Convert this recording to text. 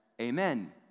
amen